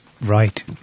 right